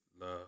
love